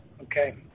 Okay